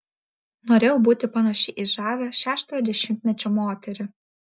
norėjau būti panaši į žavią šeštojo dešimtmečio moterį